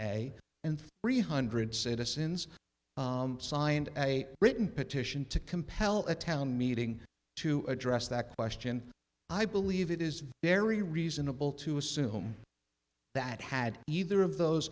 and three hundred citizens signed a written petition to compel a town meeting to address that question i believe it is very reasonable to assume that had either of those